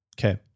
okay